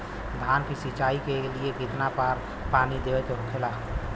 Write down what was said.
धान की सिंचाई के लिए कितना बार पानी देवल के होखेला?